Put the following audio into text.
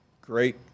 great